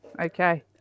Okay